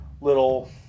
little